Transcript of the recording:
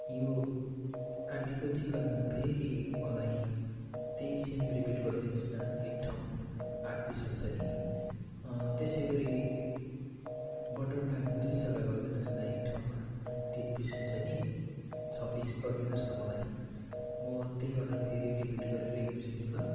यो हाँडीको चिकन फेरि मलाई त्यही सेम रिपिट गरिदिनु होस् न एक ठाउँ आठ पिस हुन्छ नि त्यसै गरी बटर नान दुई जग्गा गरिदिनु होस् न एक ठाउँमा तिन पिस हुन्छ नि छ पिस गरिदिनु होस् न मलाई म त्यही अर्डर फेरि रिपिट गरिरहेको छु नि ल